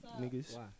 niggas